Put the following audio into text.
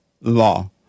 Law